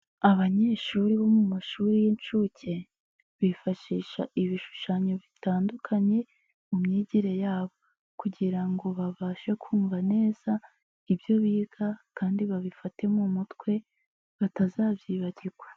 Abanyeshuri bo mu mashuri y'inshuke, bifashisha ibishushanyo bitandukanye mu myigire yabo kugira ngo babashe kumva neza ibyo biga kandi babifate mu mutwe batazabyibagirwa.